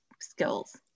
skills